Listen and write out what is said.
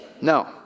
No